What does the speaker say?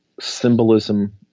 symbolism